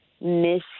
Miss